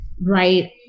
Right